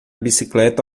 bicicleta